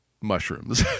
mushrooms